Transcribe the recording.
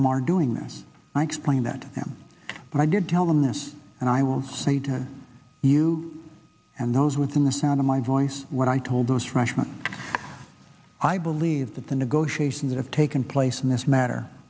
them are doing this i explained that them but i did tell them this and i will say to you and those within the sound of my voice what i told those freshman i believe that the negotiations that have taken place in this matter